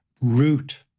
root